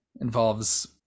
involves